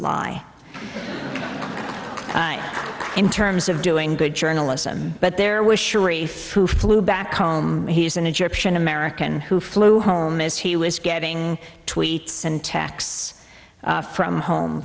lie in terms of doing good journalism but there was sharif who flew back home he's an egyptian american who flew home as he was getting tweets and tax from home